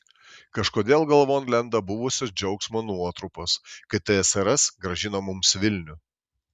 kažkodėl galvon lenda buvusios džiaugsmo nuotrupos kai tsrs grąžino mums vilnių